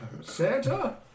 Santa